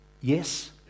yes